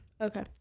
okay